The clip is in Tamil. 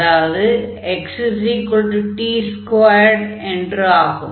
அதாவது xt2 என்று ஆகும்